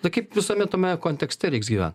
tai kaip visame tame kontekste reiks gyvent